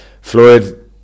Floyd